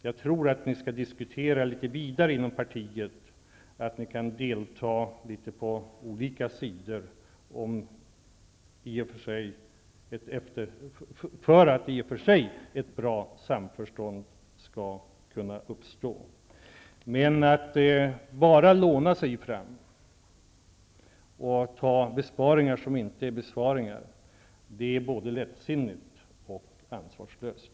Jag tycker att ni skall diskutera vidare inom partiet, så att ni kan delta på olika sidor för att bra samförstånd skall kunna uppnås. Men att bara låna sig fram och föreslå besparingar som inte är besparingar är både lättsinnigt och ansvarslöst.